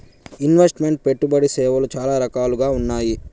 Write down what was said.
invest meant పెట్టుబడి సేవలు చాలా రకాలుగా ఉన్నాయి